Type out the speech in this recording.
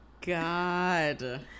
god